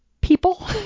people